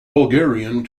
bulgarian